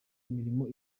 imirimo